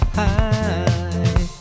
high